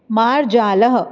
मार्जारः